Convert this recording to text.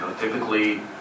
Typically